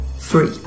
free